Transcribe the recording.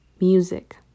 music